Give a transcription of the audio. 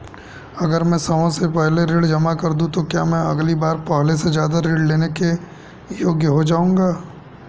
अगर मैं समय से पहले ऋण जमा कर दूं तो क्या मैं अगली बार पहले से ज़्यादा ऋण लेने के योग्य हो जाऊँगा?